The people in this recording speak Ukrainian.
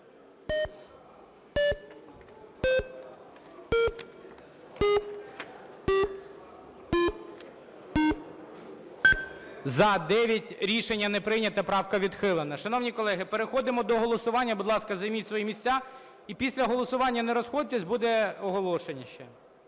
За-9 Рішення не прийнято. Правка відхилена. Шановні колеги, переходимо до голосування. Будь ласка, займіть свої місця і після голосування не розходьтесь, буде оголошення ще.